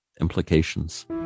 implications